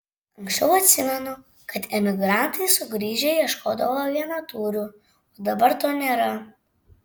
anksčiau atsimenu kad emigrantai sugrįžę ieškodavo vienatūrių o dabar to nėra